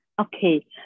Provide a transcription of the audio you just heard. Okay